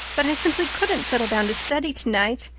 but i simply couldn't settle down to study tonight.